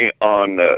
on